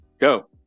go